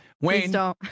Wayne